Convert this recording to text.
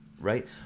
Right